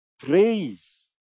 Praise